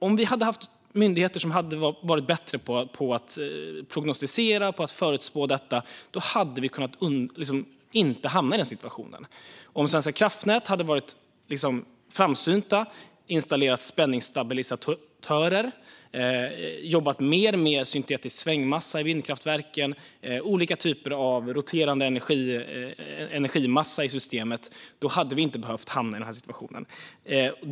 Om vi hade haft myndigheter som hade varit bättre på att prognostisera och på att förutspå detta hade vi kunnat undvika att hamna i den situationen. Om Svenska kraftnät hade varit framsynta, installerat spänningsstabilisatorer och jobbat mer med syntetisk svängmassa i vindkraftverken och med olika typer av roterande energimassa i systemet hade vi inte behövt hamna i denna situationen.